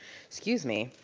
excuse me,